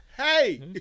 Hey